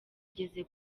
ngeze